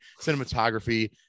cinematography